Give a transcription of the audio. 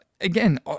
again